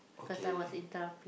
cause I was interrupting